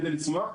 כדי לצמוח.